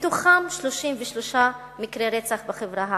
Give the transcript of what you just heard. מתוכם 33 מקרי רצח בחברה הערבית.